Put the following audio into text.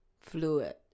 fluid